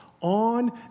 on